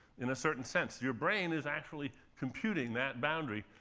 in a certain sense. your brain is actually computing that boundary,